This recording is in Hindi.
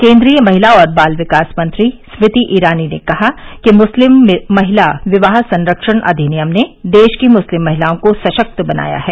केंद्रीय महिला और बाल विकास मंत्री स्मृति ईरानी ने कहा कि मुस्लिम महिला विवाह संरक्षण अधिनियम ने देश की मुस्लिम महिलाओं को सशक्त बनाया है